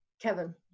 Kevin